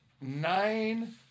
nine